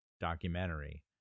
documentary